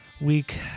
week